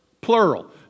plural